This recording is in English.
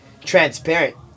transparent